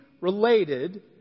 related